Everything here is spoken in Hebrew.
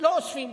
לא אוספות?